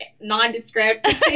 Nondescript